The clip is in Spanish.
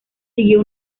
siguió